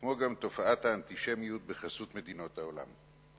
כמו גם תופעת האנטישמיות בחסות מדינות העולם.